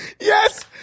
yes